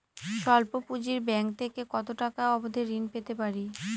স্বল্প পুঁজির ব্যাংক থেকে কত টাকা অবধি ঋণ পেতে পারি?